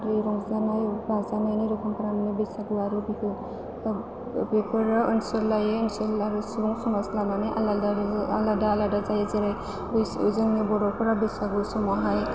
बे रंजानाय बाजानायनि रोखोमफोरा बैसागु आरो बिहु बेफोरो ओनसोल लायै ओनसोल आरो सुबुं समाज लानानै आलादा आलादा जायो जेरै जोंनि बर'फोरा बैसागु समावहाय